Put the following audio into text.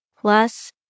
Plus